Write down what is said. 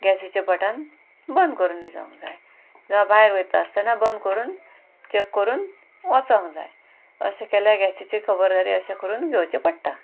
गॅसीचे button बंद करून न्हिदोंक जाय जावं भायर वयता आसतना बंद करून चॅक करून वचोंक जाय अशें केल्यार गॅसीची खबरदारी अशें करून घेवचें पडटा